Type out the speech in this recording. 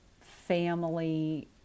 family